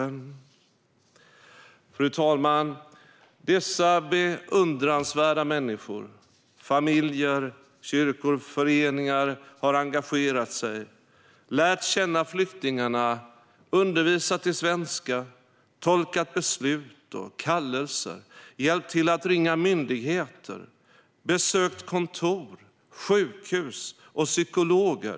Fru talman! Dessa beundransvärda människor, familjer, kyrkor och föreningar har engagerat sig, lärt känna flyktingarna, undervisat i svenska, tolkat beslut och kallelser, hjälpt till att ringa myndigheter, besökt kontor, sjukhus och psykologer.